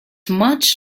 much